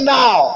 now